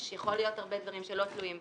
יכולים להיות הרבה דברים שלא תלויים בכם.